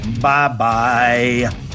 Bye-bye